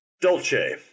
dolce